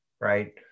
right